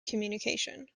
communication